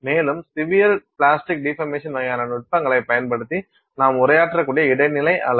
மேலும் severe plastic deformation வகையான நுட்பங்களைப் பயன்படுத்தி நாம் உரையாற்றக்கூடிய இடைநிலை அளவு